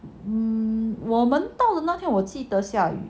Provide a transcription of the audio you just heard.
um 我们到底那天我记得下雨